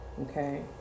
Okay